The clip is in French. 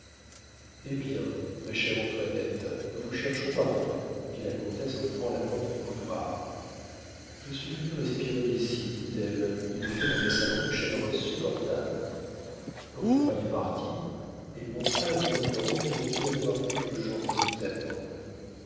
eh bien ma chère antoinette nous vous cherchons partout dit la comtesse en ouvrant la porte du boudoir je suis venue respirer ici dit-elle il fait dans les salons une chaleur insupportable l'on vous croyait partie mais mon frère ronquerolles m'a dit avoir vu vos gens qui vous attendent